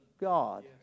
God